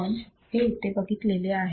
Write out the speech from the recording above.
आपण हे इथे बघितलेले आहे